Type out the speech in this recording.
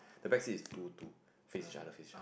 the backseat is two two face each other face each other